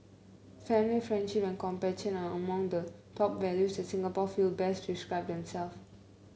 family friendship and compassion are among the top values that Singapore feel best describe them self